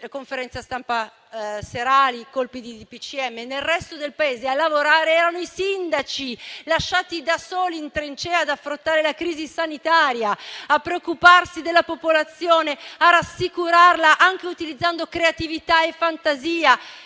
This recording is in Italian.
e si andava avanti a colpi di DPCM, nel resto del Paese a lavorare erano i sindaci, lasciati da soli in trincea ad affrontare la crisi sanitaria, a preoccuparsi della popolazione, a rassicurarla, anche utilizzando creatività e fantasia: